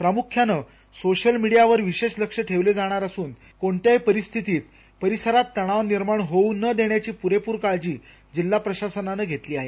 प्रामुख्यानं सोशल मिडियावर विशेष लक्ष ठेवले जाणार असून कोणत्याहि परिस्थितीत परिसरात तणाव होऊ न देण्याची पुरेपुर काळजी जिल्हा प्रशासनान घेतली आहे